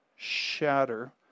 shatter